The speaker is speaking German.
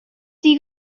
sie